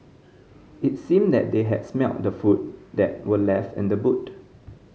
it seemed that they had smelt the food that were left in the boot